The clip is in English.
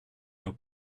your